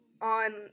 on